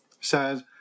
says